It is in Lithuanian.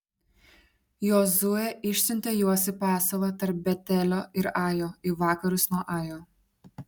jozuė išsiuntė juos į pasalą tarp betelio ir ajo į vakarus nuo ajo